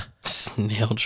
snail